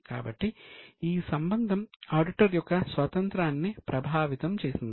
కాబట్టి ఈ సంబంధం ఆడిటర్ యొక్క స్వాతంత్రాన్ని ప్రభావితం చేసింది